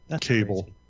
cable